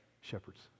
Shepherds